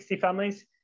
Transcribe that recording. families